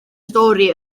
stori